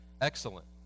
excellent